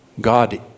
God